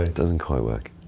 doesn't quite work.